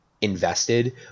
invested